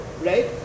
right